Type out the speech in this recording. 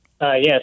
Yes